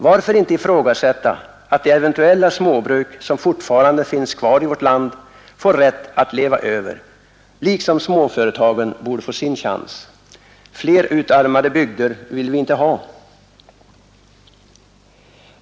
Varför inte ifrågasätta att de eventuella småbruk som fortfarande finns kvar i vårt land får rätt att leva över, liksom småföretagen borde få sin chans? Fler utarmade bygder vill vi inte ha.